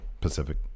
Pacific